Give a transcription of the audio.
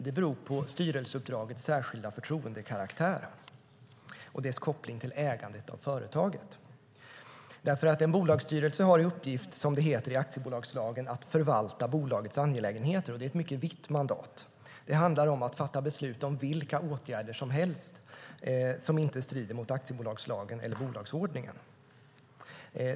Det beror på styrelseuppdragets särskilda förtroendekaraktär och dess koppling till ägandet av företaget. En bolagsstyrelse har i uppgift att, som det heter i aktiebolagslagen, förvalta bolagets angelägenheter, och det är ett mycket vitt mandat. Det handlar om att fatta beslut om vilka åtgärder som helst som inte strider mot aktiebolagslagen eller bolagsordningen.